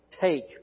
take